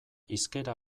hizkera